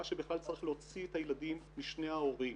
שבכלל צריך להוציא את הילדים משני ההורים.